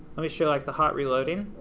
let me show like the hot reloading.